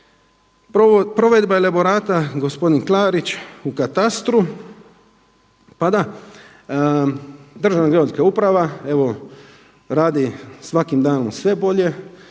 Provedba elaborata, gospodin Klarić, u katastru. Pa da, Državna geodetska uprava radi svakim danom sve bolje,